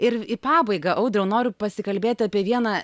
ir į pabaigą audriau noriu pasikalbėt apie vieną